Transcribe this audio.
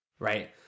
right